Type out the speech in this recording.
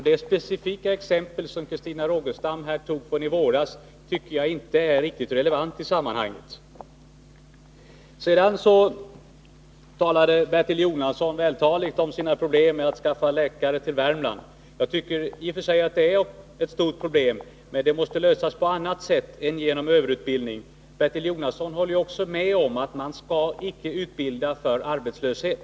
Det specifika exempel från i våras som Christina Rogestam tog upp tycker jag inte är riktigt relevant i sammanhanget. Sedan talade Bertil Jonasson vältaligt om sina problem med att skaffa läkare till Värmland. Jag tycker i och för sig att det är stora problem, men de måste lösas på annat sätt än genom överutbildning. Bertil Jonasson håller ju också med om att man icke skall utbilda för arbetslöshet.